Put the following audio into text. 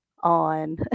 on